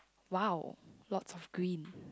!wow! lots of green